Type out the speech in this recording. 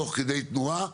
תוך כדי תנועה,